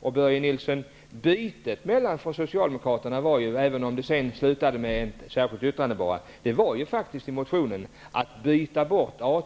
Och, Börje Nilsson, bytet bestod ju enligt motionen, även om det sedan slutade med bara ett särskilt yttrande -- faktiskt i att i stället för A